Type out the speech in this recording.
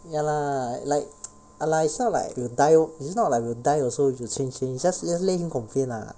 ya lah like !hanna! it's not like will die it's not like will die also if you change change just l~ let him complain lah